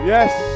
Yes